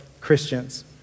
Christians